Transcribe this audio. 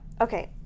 okay